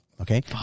Okay